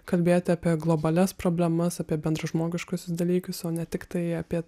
kalbėti apie globalias problemas apie bendražmogiškuosius dalykus o ne tiktai apie